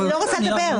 אני לא רוצה לדבר.